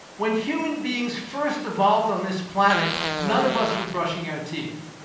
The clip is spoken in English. when human beings first evolved on this planet, none of us were brushing our teeth.